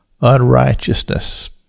unrighteousness